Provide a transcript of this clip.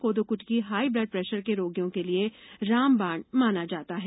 कोदो कुटकी high blood pressure के रोगियों के लिए रामबाण माना जाता है